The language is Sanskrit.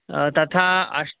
तथा अष्